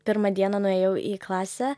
pirmą dieną nuėjau į klasę